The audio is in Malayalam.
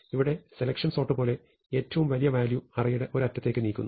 ഇവിടെ സെലെക്ഷൻ സോർട്ട് പോലെ ഏറ്റവും വലിയ വാല്യൂ അറേയുടെ ഒരു അറ്റത്തേക്ക് നീക്കുന്നു